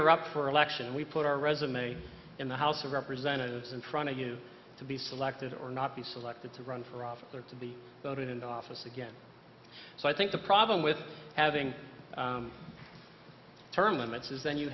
are up for election and we put our resume in the house of representatives in front of you to be selected or not be selected to run for office or to be voted into office again so i think the problem with having term limits is then you